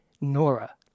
Nora